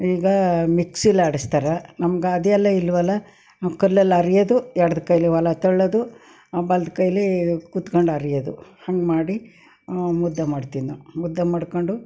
ಈಗ ಮಿಕ್ಸಿಲಿ ಆಡಿಸ್ತಾರೆ ನಮ್ಗೆ ಅದೆಲ್ಲ ಇಲ್ಲವಲ್ಲ ನಾವು ಕಲ್ಲಲ್ಲಿ ಅರೆಯೋದು ಎಡದ ಕೈಲಿ ಹೊಲ ತಳ್ಳೋದು ಬಲದ ಕೈಲಿ ಕೂತ್ಕೊಂಡು ಅರೆಯೋದು ಹಂಗೆ ಮಾಡಿ ಮುದ್ದೆ ಮಾಡ್ತೀವಿ ನಾವು ಮುದ್ದೆ ಮಾಡ್ಕೊಂಡು